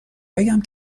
بگم